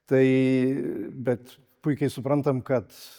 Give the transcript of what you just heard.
tai bet puikiai suprantam kad